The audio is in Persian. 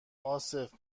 عاصف